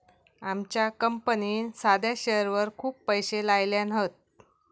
आमच्या कंपनीन साध्या शेअरवर खूप पैशे लायल्यान हत